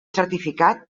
certificat